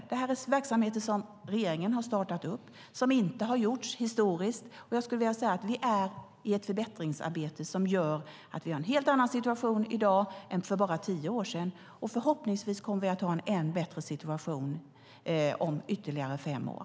Det är verksamheter som regeringen har startat och som inte har funnits historiskt. Vi är i ett förbättringsarbete som gör att vi har en helt annan situation i dag än för tio år sedan, och förhoppningsvis kommer vi att ha en ännu bättre situation om ytterligare fem år.